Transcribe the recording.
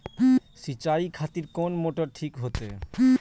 सीचाई खातिर कोन मोटर ठीक होते?